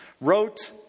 wrote